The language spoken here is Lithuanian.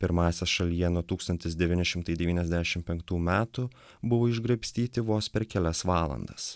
pirmąsias šalyje nuo tūkstantis devyni šimtai devyniasdešim penktų metų buvo išgraibstyti vos per kelias valandas